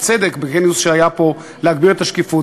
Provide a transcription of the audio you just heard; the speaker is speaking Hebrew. ובצדק, בכנס שהיה פה, להגביר את השקיפות.